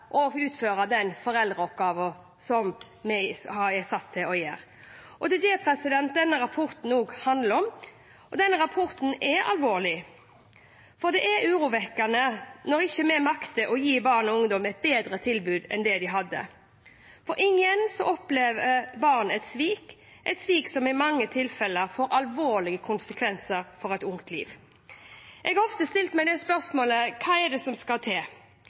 å utføre den foreldreoppgaven som vi er satt til å gjøre. Det er det denne rapporten handler om. Rapporten er alvorlig, for det er urovekkende når vi ikke makter å gi barn og ungdom et bedre tilbud enn de hadde. Igjen opplever barn et svik, et svik som i mange tilfeller får alvorlige konsekvenser for et ungt liv. Jeg har ofte stilt meg spørsmålet: Hva er det som skal til